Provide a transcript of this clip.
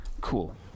Cool